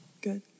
Good